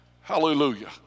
hallelujah